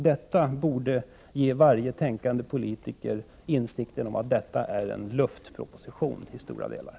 Det borde ge varje tänkande politiker insikt om att detta till stora delar är en luftproposition.